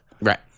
Right